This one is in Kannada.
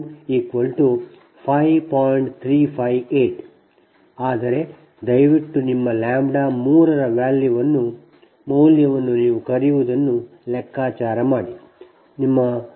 ಆದರೆ ದಯವಿಟ್ಟು ನಿಮ್ಮ ಲ್ಯಾಂಬ್ಡಾ 3 ರ ಮೌಲ್ಯವನ್ನು ನೀವು ಕರೆಯುವುದನ್ನು ಲೆಕ್ಕಾಚಾರ ಮಾಡಿ 5